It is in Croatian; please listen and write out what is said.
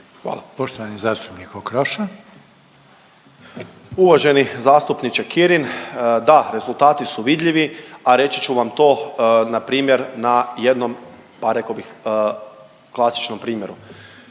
Okroša. **Okroša, Tomislav (HDZ)** Uvaženi zastupniče Kirin, da rezultati su vidljivi, a reći ću vam to npr. na jednom a rekao bih klasičnom primjeru.